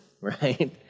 right